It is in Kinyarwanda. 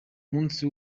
munsi